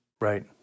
right